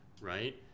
right